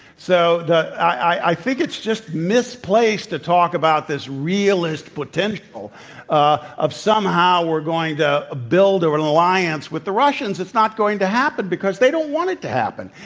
so, the i think it's just misplaced to talk about this realist potential ah of somehow we're going to ah build and an alliance with the russians. it's not going to happen because they don't want it to happen.